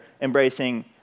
embracing